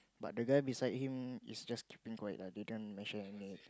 but the guy beside him is just keeping quiet ah they don't mention any name